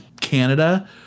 Canada